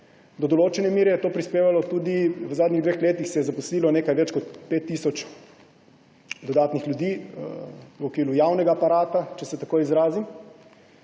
Do določene mere je k temu prispevalo tudi to, da se je v zadnjih dveh letih zaposlilo nekaj več kot 5 tisoč dodatnih ljudi v okviru javnega aparata, če se tako izrazim.